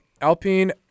Alpine